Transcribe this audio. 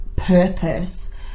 purpose